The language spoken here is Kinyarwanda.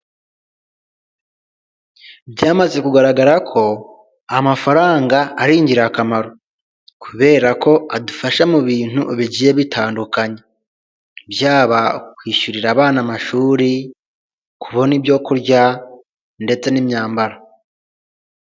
Byamaze kugaragara ko amafaranga ari ingirakamaro kubera ko adufasha mu bintu bigiye bitandukanye byaba kwishyurira abana amashuri, kubona ibyo kurya, ndetse n'imyambaro.